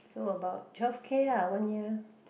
so about twelve K ah one year